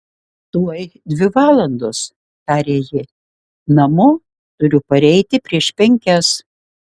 tuoj dvi valandos tarė ji namo turiu pareiti prieš penkias